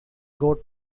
goat